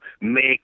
make